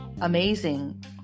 amazing